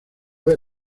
ver